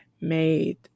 made